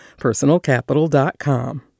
personalcapital.com